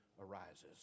arises